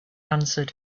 answered